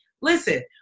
listen